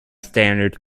standard